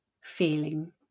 feeling